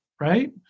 right